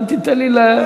אל תיתן לי,